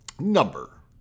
Number